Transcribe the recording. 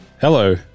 Hello